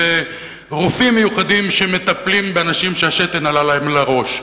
אלה רופאים מיוחדים שמטפלים באנשים שהשתן עלה להם לראש.